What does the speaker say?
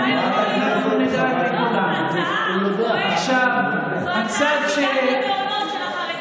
אתה יכול לדאוג, תאמיני לי, אנחנו נדאג לכולם.